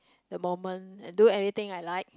the moment and do anything I like